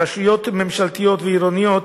רשויות ממשלתיות ועירוניות